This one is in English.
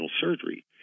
surgery